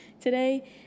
today